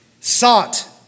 sought